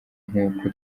nkuko